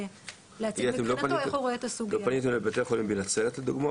להציג איך הוא רואה מבחינתו את הסוגיה.